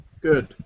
Good